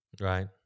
Right